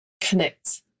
connect